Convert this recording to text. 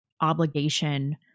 obligation